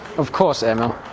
of course and